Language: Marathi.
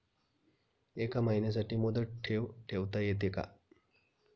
एका महिन्यासाठी मुदत ठेव ठेवता येते का?